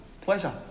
Pleasure